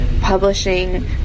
publishing